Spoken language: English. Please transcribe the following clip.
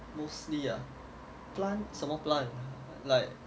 plant 什么 plant